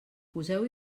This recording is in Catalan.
poseu